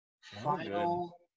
Final